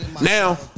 Now